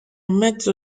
mezzo